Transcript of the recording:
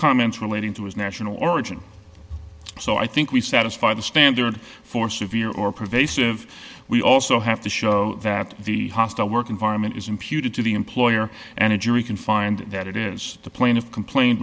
comments relating to his national origin so i think we satisfy the standard for severe or pervasive we also have to show that the hostile work environment is imputed to the employer and a jury can find that it is the point of complain